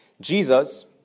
Jesus